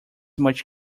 much